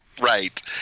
Right